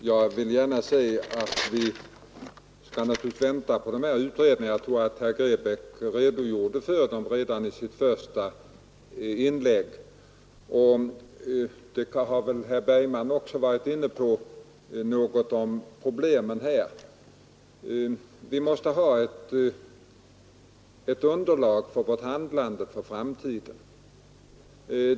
Fru talman! Vi skall naturligtvis, herr Grebäck, vänta på utredningarna. Jag tror att herr Grebäck redogjorde för dem redan i sitt första inlägg, och herr Bergman har väl också varit inne på problemet. Vi måste ha ett underlag för vårt handlande för framtiden.